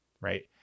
Right